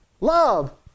Love